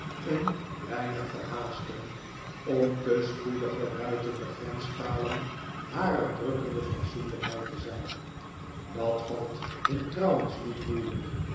een weinig verhaasten om te spoediger buiten de grenspalen harer drukkende fatsoenlykheid te zyn dat valt hun trouwens niet moeielyk